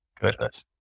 Goodness